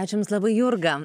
aš jums labai jurga